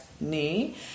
knee